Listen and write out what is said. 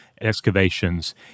Excavations